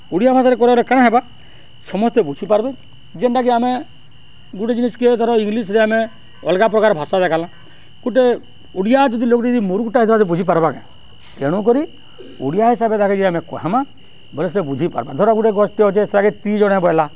ଓଡ଼ିଆ ଭାଷାରେ କର୍ବା ବେଲେ କାଣା ହେବା ସମସ୍ତେ ବୁଝିପାର୍ବେ ଯେନ୍ଟାକି ଆମେ ଗୁଟେ ଜିନଷ୍କେ ଧର ଇଂଲିଶ୍ରେ ଆମେ ଅଲ୍ଗା ପ୍ରକାର୍ ଭାଷା ଦେଖାଲା ଗୁଟେ ଓଡ଼ିଆ ଯଦି ଲୋକ୍ ଯଦି ମରୁଖ୍ଟା ହେବା ବେଲେ ବୁଝିପାର୍ବା କେଁ ତେଣୁକରି ଓଡ଼ିଆ ହିସାବେ ତାହାକେ ଯଦି ଆମେ କହେମା ବେଲେ ସେ ବୁଝିପାର୍ବା ଧର ଗୁଟେ ଗଛ୍ଟେ ଅଛେ ସେଟାକେ ଟ୍ରି ଜଣେ ବଏଲା